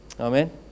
Amen